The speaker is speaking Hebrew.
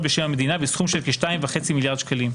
בשם המדינה בסכום של כ-2.5 מיליארד שקלים.